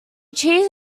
cheese